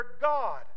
God